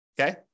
Okay